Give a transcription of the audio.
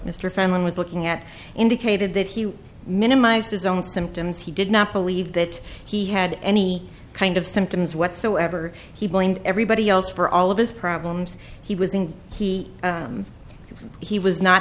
mr fleming was looking at indicated that he minimized his own symptoms he did not believe that he had any kind of symptoms whatsoever he blamed everybody else for all of his problems he was in he if he was not